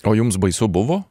o jums baisu buvo